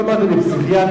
לא אמרתי פסיכיאטר,